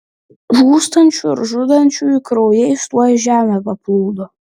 žūstančių ir žudančiųjų kraujais tuoj žemė paplūdo